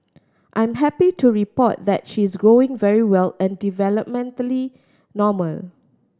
I'm happy to report that she's growing very well and developmentally normal